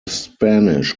spanish